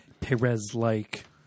Perez-like